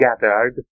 gathered